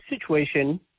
situation